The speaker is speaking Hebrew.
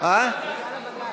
לא בסדר.